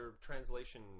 translation